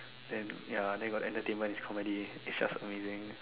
then ya then got entertainment is comedy is just amazing